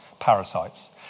parasites